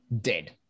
dead